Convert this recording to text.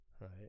right